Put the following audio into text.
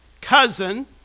cousin